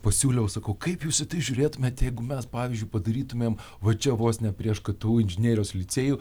pasiūliau sakau kaip jūs žiūrėtumėt jeigu mes pavyzdžiui padarytumėm va čia vos ne prieš ktu inžinerijos licėjų